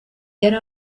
yari